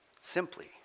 Simply